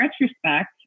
retrospect